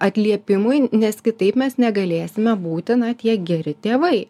atliepimui nes kitaip mes negalėsime būti na tie geri tėvai